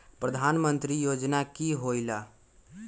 प्रधान मंत्री योजना कि होईला?